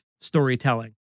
storytelling